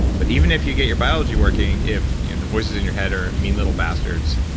but even if you get your biology working if you know the voices in your head are mean little bastards,